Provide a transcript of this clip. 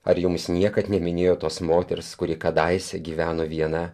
ar jums niekad neminėjo tos moters kuri kadaise gyveno viena